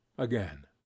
again